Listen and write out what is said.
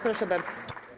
Proszę bardzo.